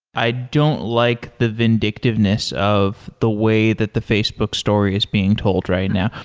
i don't like the vindictiveness of the way that the facebook story is being told right now.